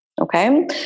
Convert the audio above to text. okay